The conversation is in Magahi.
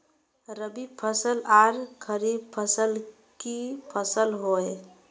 रवि फसल आर खरीफ फसल की फसल होय?